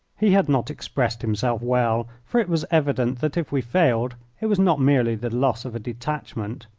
he had not expressed himself well, for it was evident that if we failed it was not merely the loss of a detachment.